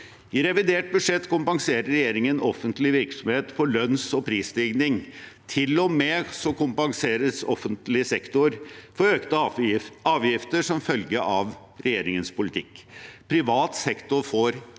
I revidert budsjett kompenserer regjeringen offentlig virksomhet for lønns- og prisstigning. Til og med kompenseres offentlig sektor for økte avgifter som følge av regjeringens politikk. Privat sektor får